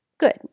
good